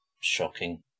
shocking